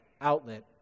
outlet